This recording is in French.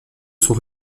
sont